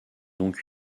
donc